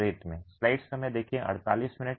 रेत मे